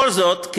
בכל זאת,